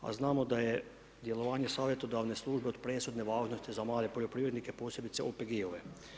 A znamo da je djelovanje savjetodavne službe od presudne važnosti za mlade poljoprivrednike posebice OPG-ove.